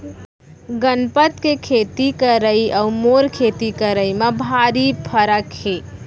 गनपत के खेती करई अउ मोर खेती करई म भारी फरक हे